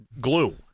glue